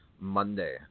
Monday